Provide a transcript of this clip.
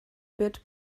bit